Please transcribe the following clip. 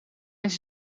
eens